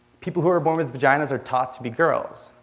people who are born with vaginas are taught to be girls.